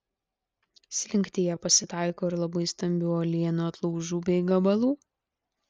slinktyje pasitaiko ir labai stambių uolienų atlaužų bei gabalų